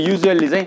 Usually